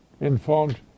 informed